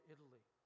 Italy